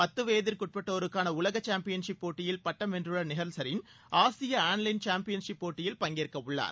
பத்து வயதிற்கு உட்பட்டோருக்கான உலக சாம்பியன்ஷிப் போட்டியில் பட்டம் வென்றுள்ள நிஹல் ஸரின் ஆசிய ஆன்லைன் சாம்பியன்ஷிப் போட்டியில் பங்கேற்கவுள்ளார்